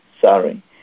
sorry